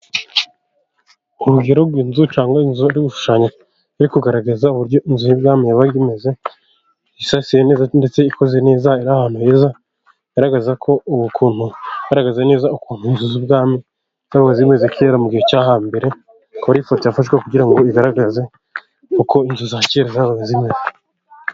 Urugero rw'inzu cyangwa inzu ishushanya iri kugaragaza uburyo inzu y'ibwami yabaga imeze, isasiye neza ndetse ikoze neza iri ahantu heza, igaragaza ko ubukuntu igaragaza neza ukuntu inzu z'ubwami zimwe za kera mu gihe cyo hambere ko ari ifoto yafashwe kugira ngo igaragaze uko inzu zakera zabaga zimera.